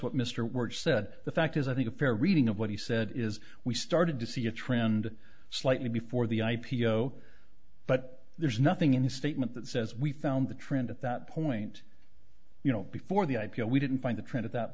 what mr ward said the fact is i think a fair reading of what he said is we started to see a trend slightly before the i p o but there's nothing in the statement that says we found the trend at that point you know before the i p o we didn't find the trend at that